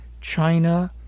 china